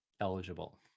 eligible